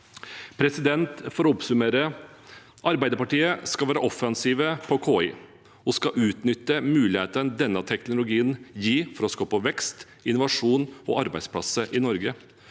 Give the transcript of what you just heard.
intelligens. For å oppsummere: Arbeiderpartiet skal være offensive på KI. Vi skal utnytte mulighetene denne teknologien gir for å skape vekst, innovasjon og arbeidsplasser i Norge.